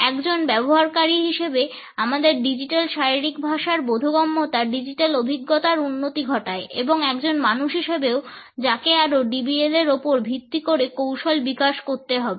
একজন ব্যবহারকারী হিসেবে আমাদের ডিজিটাল শারীরিক ভাষার বোধগম্যতা ডিজিটাল অভিজ্ঞতার উন্নতি ঘটায় এবং একজন মানুষ হিসেবেও যাকে আরো DBL এর ওপর ভিত্তি করে কৌশল বিকাশ করতে হবে